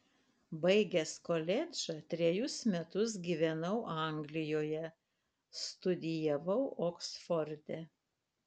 baigęs koledžą trejus metus gyvenau anglijoje studijavau oksforde